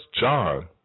John